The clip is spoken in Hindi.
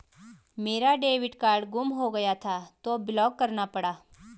मेरा डेबिट कार्ड गुम हो गया था तो ब्लॉक करना पड़ा